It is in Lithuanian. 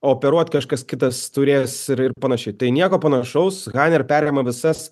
operuot kažkas kitas turės ir ir panašiai tai nieko panašaus haner ir perima visas